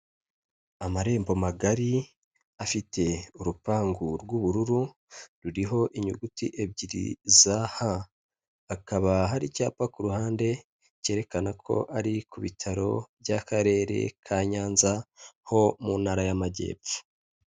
Amarembo magari afite urupangu rw'ubururu, ruriho inyuguti ebyiri za h, hakaba hari icyapa ku ruhande cyerekana ko ari ku bitaro by'akarere ka Nyanza, mu ntara y'amajyepfo.